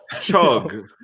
Chug